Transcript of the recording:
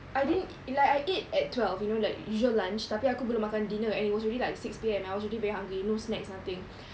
I didn't like I eat at twelve you know like usual lunch tapi aku belum makan dinner and it was already like six P_M and I was already very hungry no snacks nothing